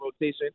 rotation